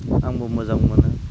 आंबो मोजां मोनो